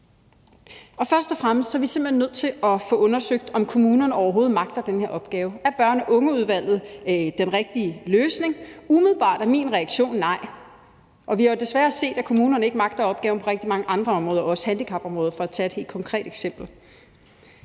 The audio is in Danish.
Først og fremmest er vi simpelt hen nødt til at få undersøgt, om kommunerne overhovedet magter den her opgave. Er børn og unge-udvalget den rigtige løsning? Umiddelbart er min reaktion: Nej. Og vi har jo desværre set, at kommunerne ikke magter opgaven på rigtig mange andre områder, også på handicapområdet for at tage et helt konkret eksempel.